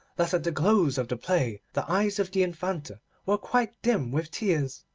that at the close of the play the eyes of the infanta were quite dim with tears.